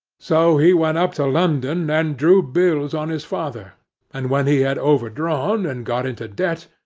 so he went up to london and drew bills on his father and when he had overdrawn, and got into debt,